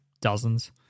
dozens